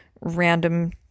random